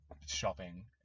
shopping